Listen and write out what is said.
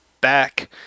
back